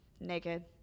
Naked